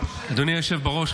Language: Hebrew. אדוני היושב בראש,